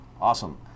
Awesome